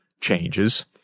changes